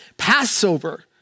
Passover